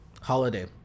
Holiday